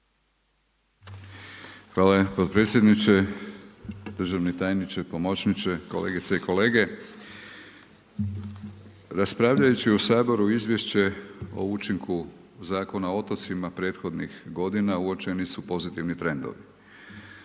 Hvala potpredsjedniče. Državni tajniče, pomoćniče, kolegice i kolege. Raspravljajući u Saboru Izvješće o učinku Zakona o otocima prethodnih godina uočeni su pozitivni trendovi.